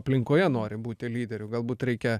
aplinkoje nori būti lyderiu galbūt reikia